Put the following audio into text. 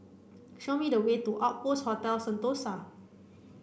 show me the way to Outpost Hotel Sentosa